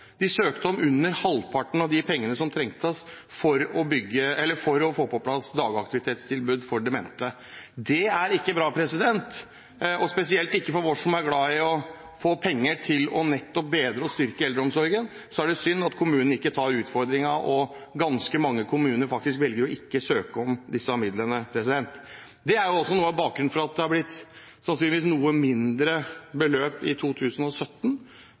De søkte om under halvparten av de pengene som trengtes for å få på plass dagaktivitetstilbud for demente. Det er ikke bra, og spesielt vi som er glad i få penger til nettopp å bedre og styrke eldreomsorgen, synes det er synd at kommunene ikke tar utfordringen og at ganske mange kommuner faktisk velger ikke å søke om disse midlene. Det er også noe av bakgrunnen for at det sannsynligvis er blitt noe mindre beløp i 2017,